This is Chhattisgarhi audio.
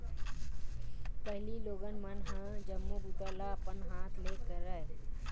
पहिली लोगन मन ह जम्मो बूता ल अपन हाथ ले करय